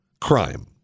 crime